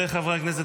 חברי הכנסת,